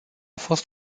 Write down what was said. fost